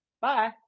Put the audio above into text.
Bye